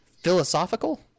Philosophical